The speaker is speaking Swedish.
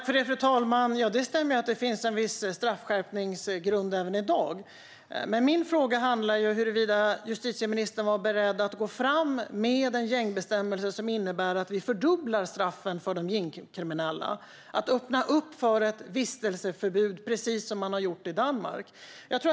Fru talman! Det stämmer att det finns en viss straffskärpningsgrund även i dag. Men min fråga handlar om huruvida justitieministern är beredd att gå fram med en gängbestämmelse som innebär att straffen fördubblas för de gängkriminella, till exempel öppna för ett vistelseförbud - precis som man har gjort i Danmark.